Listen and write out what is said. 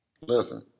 Listen